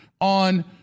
on